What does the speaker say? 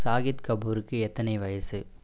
ஷாஹித் கபூருக்கு எத்தனை வயசு